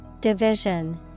Division